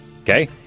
Okay